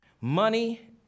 Money